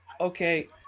okay